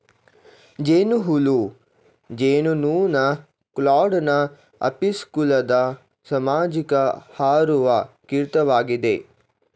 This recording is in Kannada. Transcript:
ಜೇನುಹುಳು ಜೇನುನೊಣ ಕ್ಲಾಡ್ನ ಅಪಿಸ್ ಕುಲದ ಸಾಮಾಜಿಕ ಹಾರುವ ಕೀಟವಾಗಿದೆ